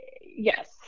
Yes